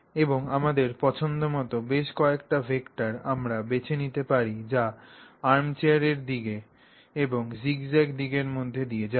এবং আমাদের পছন্দ মতো বেশ কয়েকটি ভেক্টর আমরা বেছে নিতে পারি যা আর্মচেয়ারের দিক এবং জিগজ্যাগ দিকের মধ্য দিয়ে যাবে